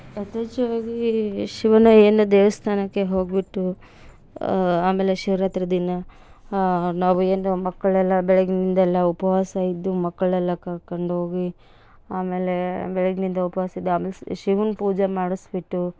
ಯಥೇಚ್ಚವಾಗಿ ಶಿವನ ಏನು ದೇವಸ್ಥಾನಕ್ಕೆ ಹೋಗಿಬಿಟ್ಟು ಆಮೇಲೆ ಶಿವ್ರಾತ್ರಿ ದಿನ ನಾವು ಏನು ಮಕ್ಕಳೆಲ್ಲ ಬೆಳಗಿನಿಂದ ಎಲ್ಲ ಉಪವಾಸ ಇದ್ದು ಮಕ್ಕಳೆಲ್ಲ ಕರ್ಕೊಂಡ್ ಹೋಗಿ ಆಮೇಲೇ ಬೆಳಗಿನಿಂದ ಉಪವಾಸ ಇದ್ದು ಆಮೇಲೆ ಶಿವನ್ ಪೂಜೆ ಮಾಡಿಸ್ಬಿಟ್ಟು